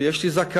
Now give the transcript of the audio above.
ויש לי זקן.